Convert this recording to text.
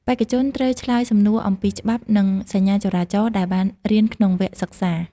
បេក្ខជនត្រូវឆ្លើយសំណួរអំពីច្បាប់ និងសញ្ញាចរាចរណ៍ ដែលបានរៀនក្នុងវគ្គសិក្សា។